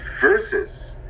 Versus